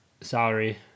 salary